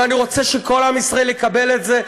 ואני רוצה שכל עם ישראל יקבל את זה,